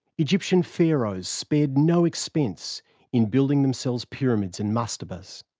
egyptian pharaohs spared no expense in building themselves pyramids and mastabas.